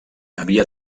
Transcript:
havia